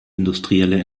industrielle